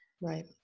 Right